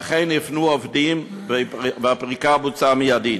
ואכן הפנו עובדים והפריקה בוצעה מיידית.